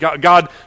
God